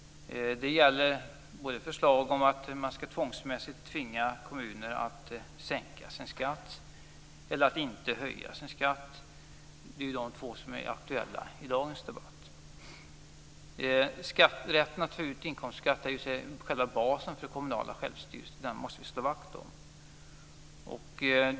Det gäller både förslag om att man skall tvinga kommuner att sänka sin skatt och förslag om att de inte skall få höja sin skatt. Det är ju de två sakerna som är aktuella i dagens debatt. Rätten att ta ut inkomstskatt är ju själva basen för den kommunala självstyrelsen. Den måste vi slå vakt om.